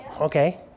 okay